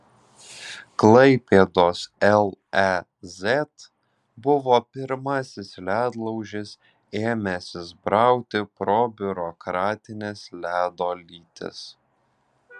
klaipėdos lez buvo pirmasis ledlaužis ėmęsis brautis pro biurokratines ledo lytis